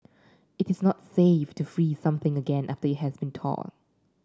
it is not safe to freeze something again after it has been thawed